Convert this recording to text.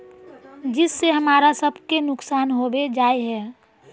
जिस से हमरा सब के नुकसान होबे जाय है?